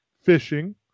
fishing